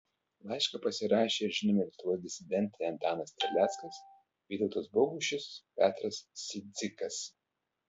laišką pasirašė ir žinomi lietuvos disidentai antanas terleckas vytautas bogušis petras cidzikas